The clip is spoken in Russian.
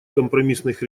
компромиссных